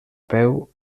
peu